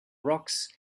rocks